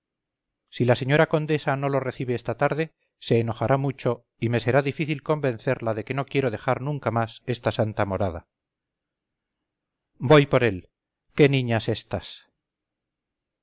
si la señora condesa no lo recibe esta tarde se enojará mucho y me será difícil convencerla de que no quiero dejar nunca más esta santa morada voy por él qué niñas éstas